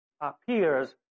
appears